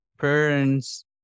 parents